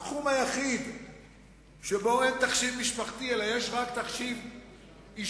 התחום היחיד שבו אין תחשיב משפחתי אלא יש רק תחשיב אישי